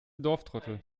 dorftrottel